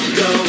go